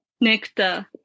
nectar